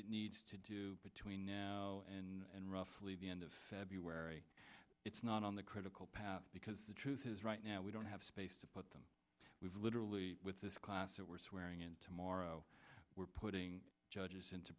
it needs to do between now and roughly the end of feb it's not on the critical path because the truth is right now we don't have space to put them we've literally with this class so we're swearing in tomorrow we're putting judges into